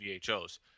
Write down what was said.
VHOs